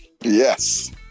Yes